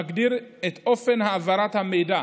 מגדיר את אופן העברת המידע